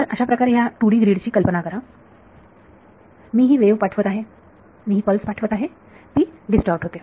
तर अशाप्रकारे ह्या 2D ग्रीड ची कल्पना करा मी ही वेव्ह पाठवत आहे मी ही पल्स पाठवत आहे ती डिस्टॉर्ट होते